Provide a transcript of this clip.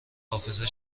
حافظه